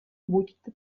buďte